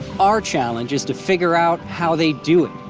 our challenge is to figure out how they do it.